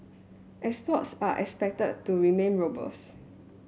exports are expected to remain robust